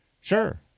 Sure